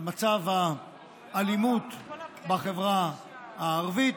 על מצב האלימות בחברה הערבית,